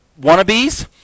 wannabes